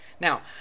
Now